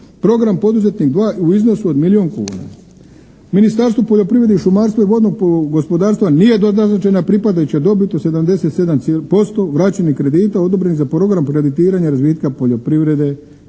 program poduzetnik 2 u iznosu od milijun kuna. Ministarstvu poljoprivrede, šumarstva i vodnog gospodarstva nije doznačena pripadajuća dobit od 77% vraćenih kredita odobrenih za program preorijentiranja razvitka poljoprivrede